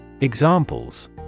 Examples